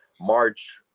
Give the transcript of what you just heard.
march